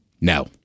No